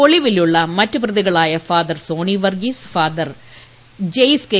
ഒളിവിലുള്ള മറ്റ് പ്രതികളായ father Soni Varghese father Jaise K